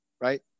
right